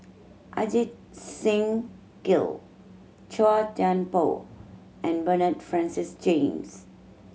Ajit Singh Gill Chua Thian Poh and Bernard Francis James